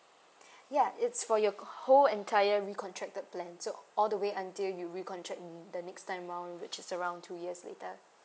ya it's for your whole entire recontracted plan so all the way until you recontract mm the next time while which is around two years later